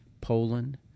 Poland